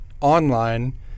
online